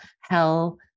hell